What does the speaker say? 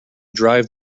drive